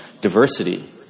diversity